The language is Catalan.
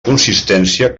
consistència